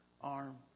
arm